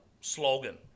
slogan